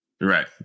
Right